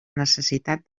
necessitat